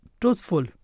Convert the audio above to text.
truthful